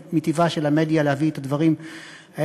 מטבעה של המדיה להביא את הדברים האלה,